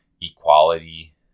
equality